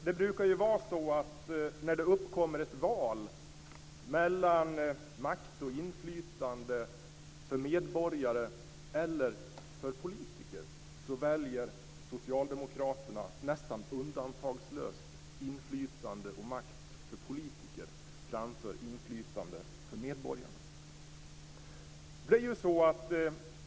Det brukar vara så att när det uppkommer ett val mellan makt och inflytande för medborgare eller för politiker väljer socialdemokraterna nästan undantagslöst inflytande och makt för politiker framför inflytande för medborgarna.